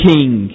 King